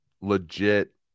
legit